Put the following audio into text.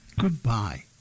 Goodbye